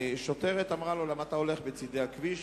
ושוטרת אמרה לו: למה אתה הולך בצדי הכביש?